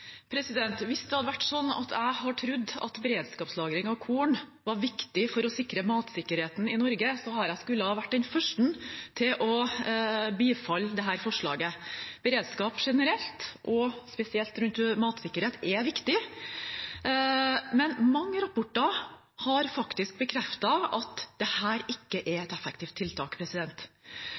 Hvis det hadde vært sånn at jeg hadde trodd at beredskapslagring av korn var viktig for å sikre matsikkerheten i Norge, skulle jeg vært den første til å bifalle dette forslaget. Beredskap generelt, og spesielt rundt matsikkerhet, er viktig. Men mange rapporter har faktisk bekreftet at dette ikke er et effektivt tiltak.